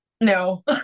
no